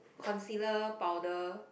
concealer powder